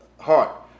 heart